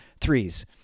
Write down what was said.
threes